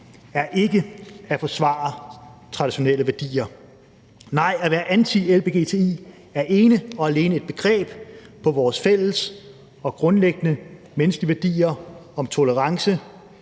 er ikke at forsvare traditionelle værdier. Nej, at være anti-lgbti, er ene og alene et angreb på vores fælles og grundlæggende menneskelige værdier om tolerance,